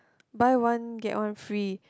buy one get one free